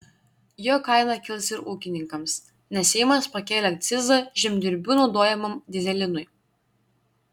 jo kaina kils ir ūkininkams nes seimas pakėlė akcizą žemdirbių naudojamam dyzelinui